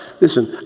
Listen